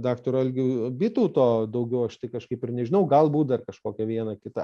daktaro algio bitauto daugiau aš tai kažkaip ir nežinau galbūt dar kažkokia viena kita